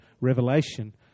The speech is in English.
revelation